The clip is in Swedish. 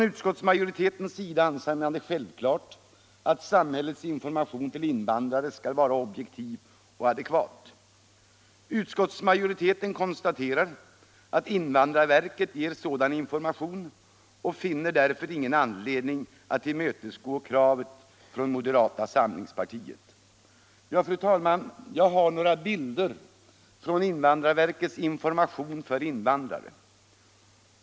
Utskottsmajoriteten anser det självklart att samhällets information till invandrare skall vara objektiv och adekvat. Utskottsmajoriteten konstaterar att invandrarverket ger sådan information och finner därför ingen anledning att tillmötesgå kravet från moderata samlingspartiet. Fru talman! Jag har några bilder från invandrarverkets information för invandrare.